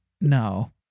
no